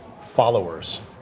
followers